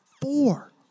four